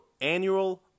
annual